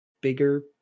bigger